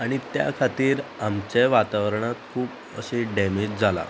आनी त्या खातीर आमचे वातावरणांत खूब अशें डॅमेज जालां